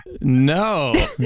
No